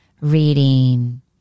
reading